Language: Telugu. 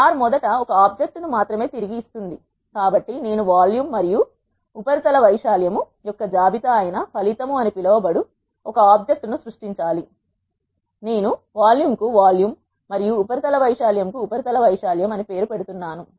R మొదట ఒక ఆబ్జెక్ట్ ను మాత్రమే తిరిగి ఇస్తుంది కాబట్టి నేను వాల్యూమ్ మరియు ఉపరితల వైశాల్యం యొక్క జాబితా అయిన ఫలితం అని పిలువబడు ఒక ఆబ్జెక్ట్ ను సృష్టించాలి నేను వాల్యూమ్ కు వాల్యూమ్ మరియు ఉపరి తల వైశాల్యం కు ఉపరితల వైశాల్యం అని పేరు పెడుతున్నాను